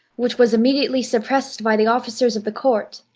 which was immediately suppressed by the officers of the court,